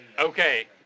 Okay